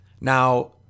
Now